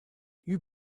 you